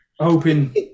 Hoping